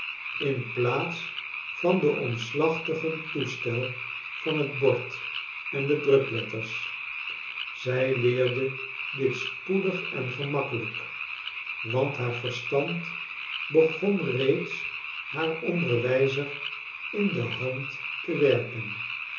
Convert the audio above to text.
in plaats van den omslachtigen toestel van t bord en de drukletters zij leerde dit spoedig en gemakkelijk want haar verstand begon reeds haar onderwijzer in de hand te werken